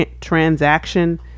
transaction